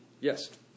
Yes